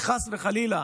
וחס וחלילה